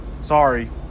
Sorry